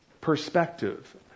perspective